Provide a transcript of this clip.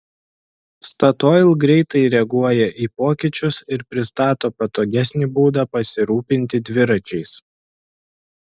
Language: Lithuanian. statoil greitai reaguoja į pokyčius ir pristato patogesnį būdą pasirūpinti dviračiais